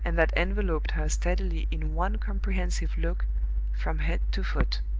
and that enveloped her steadily in one comprehensive look from head to foot.